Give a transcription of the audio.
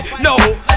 No